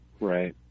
right